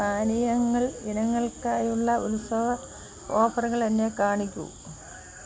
പാനീയങ്ങൾ ഇനങ്ങൾക്കായുള്ള ഉത്സവ ഓഫറുകൾ എന്നെ കാണിക്കൂ